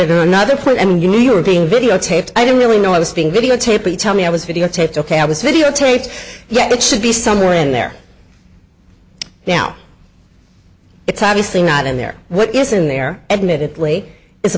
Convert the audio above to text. in another point and you knew you were being videotaped i don't really know i was being videotaped you tell me i was videotaped ok i was videotaped yet it should be somewhere in there now it's obviously not in there what is in there admittedly it's a